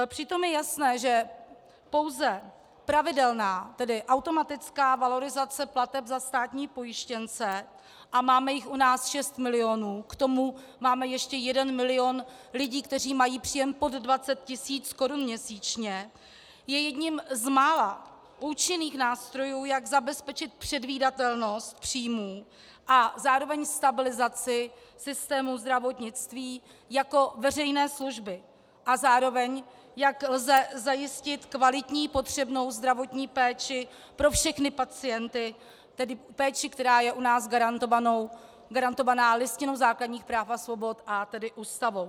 Přitom je jasné, že pouze pravidelná, tedy automatická valorizace plateb za státní pojištěnce a máme jich u nás šest milionů, k tomu máme ještě jeden milion lidí, kteří mají příjem pod 20 tisíc korun měsíčně je jedním z mála účinných nástrojů, jak zabezpečit předvídatelnost příjmů a zároveň stabilizace systému zdravotnictví jako veřejné služby a zároveň jak lze zajistit kvalitní potřebnou zdravotní péči pro všechny pacienty, tedy péči, která je u nás garantovaná Listinou základních práv a svobod, a tedy Ústavou.